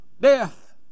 Death